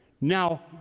Now